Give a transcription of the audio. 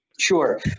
Sure